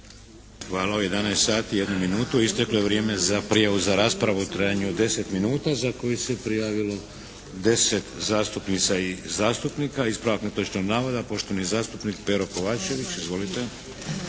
Hvala. U 11,01 sati isteklo je vrijeme za prijavu za raspravu u trajanju od 10 minuta za koju se prijavilo 10 zastupnica i zastupnika. Ispravak netočnog navoda, poštovani zastupnik Pero Kovačević. Izvolite.